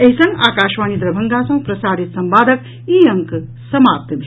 एहि संग आकाशवाणी दरभंगा सँ प्रसारित संवादक ई अंक समाप्त भेल